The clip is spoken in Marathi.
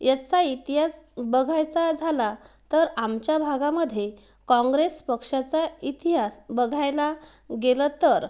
याचा इतिहास बघायचा झाला तर आमच्या भागामध्ये काँग्रेस पक्षाचा इतिहास बघायला गेलं तर